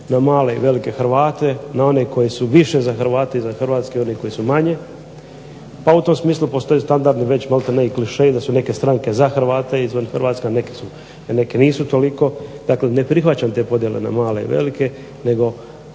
na male i velike Hrvate, na one koji više za hrvate i za Hrvatsku i oni koji su manje, pa u tom smislu postoje standardni već malte ne i klišeji da su neke stranke za hrvate izvan Hrvatske a neki nisu toliko, dakle ne prihvaćam te podijele na male i velike nego